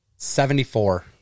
Seventy-four